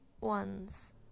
ones